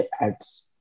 ads